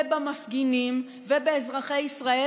ובמפגינים ובאזרחי ישראל,